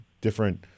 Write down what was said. different